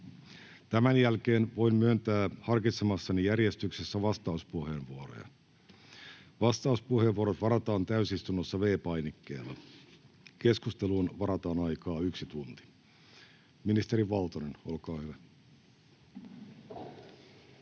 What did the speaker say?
Tämän jälkeen voin myöntää harkitsemassani järjestyksessä vastauspuheenvuoroja. Vastauspuheenvuorot varataan täysistunnossa V-painikkeella. Keskusteluun varataan aikaa yksi tunti. — Ministeri Valtonen, olkaa hyvä.